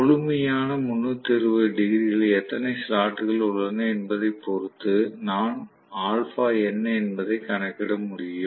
முழுமையான 360 டிகிரியில் எத்தனை ஸ்லாட் கள் உள்ளன என்பதைப் பொறுத்து நான் α என்ன என்பதைக் கணக்கிட முடியும்